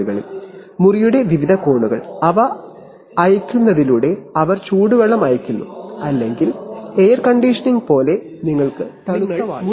മുറിയുടെ വിവിധ കോണുകളിൽ അവ ചൂടുവെള്ളം അയയ്ക്കുന്നു അല്ലെങ്കിൽ എയർ കണ്ടീഷനിംഗ് പോലെ നിങ്ങൾക്ക് തണുത്ത വായു ലഭിക്കും